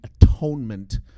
atonement